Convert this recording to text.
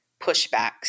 pushbacks